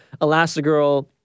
elastigirl